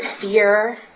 fear